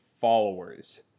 followers